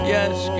Yes